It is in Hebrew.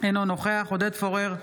אינו נוכח עודד פורר,